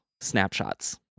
snapshots